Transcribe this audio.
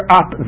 up